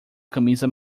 camisa